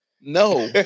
No